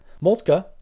Moltke